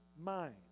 mind